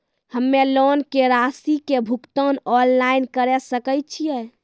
हम्मे लोन के रासि के भुगतान ऑनलाइन करे सकय छियै?